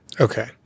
Okay